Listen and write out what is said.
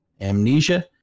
Amnesia